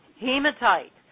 hematite